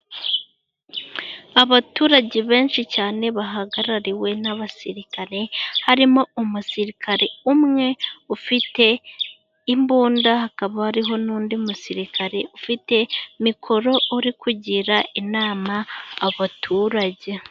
Abaturage benshi cyane bahagarariwe n' abasirikare harimo umusirikare umwe ufite imbunda, hakaba hariho n'undi musirikare ufite mikoro uri kugira inama abaturage.